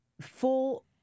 full